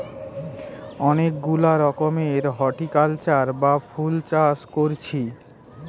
অনেক গুলা রকমের হরটিকালচার বা ফুল চাষ কোরছি